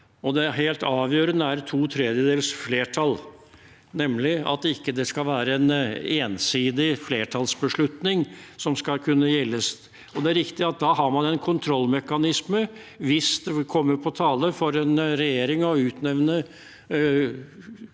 flertall, nemlig at det ikke skal være en ensidig flertallsbeslutning som skal kunne gjelde. Det er riktig at man da har en kontrollmekanisme hvis det kommer på tale for en regjering å utnevne